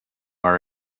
our